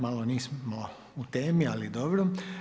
Malo nismo u temi, ali dobro.